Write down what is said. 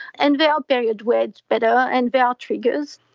and there are periods where it's better, and there are triggers.